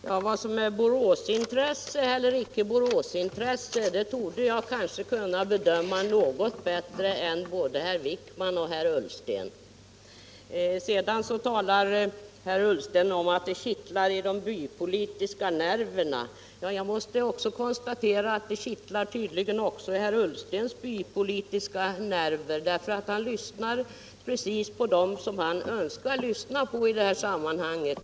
Herr talman! Vad som är Boråsintresse eller icke Boråsintresse torde jag kanske kunna bedöma något bättre än både herr Wijkman och herr Ullsten. Herr Ullsten talade om att det kittlade i de bypolitiska nerverna. Jag måste konstatera att det kittlar tydligen också i herr Ullstens bypolitiska nerver, därför att han lyssnar tydligen bara på dem som han önskar lyssna på i det här sammanhanget.